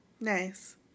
Nice